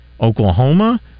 Oklahoma